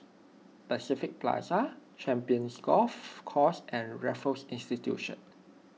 Pacific Plaza Champions Golf Course and Raffles Institution